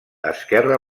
esquerra